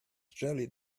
jelly